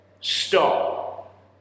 stop